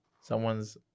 someone's